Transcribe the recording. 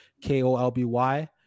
K-O-L-B-Y